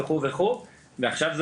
החוק של אסתי ממשרד הבריאות,